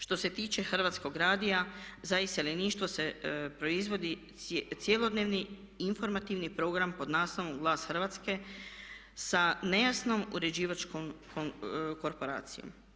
Što se tiče Hrvatskog radija za iseljeništvo se proizvodi cjelodnevni informativni program pod naslovom "Glas Hrvatske" sa nejasnom uređivačkom korporacijom.